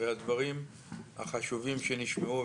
הרי הדברים החשובים שנשמעו,